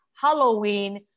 Halloween